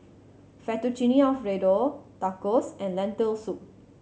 Fettuccine Alfredo Tacos and Lentil Soup